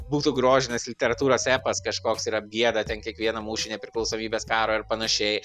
būtų grožinės literatūros epas kažkoks ir apgieda ten kiekvieną mūšį nepriklausomybės karo ir panašiai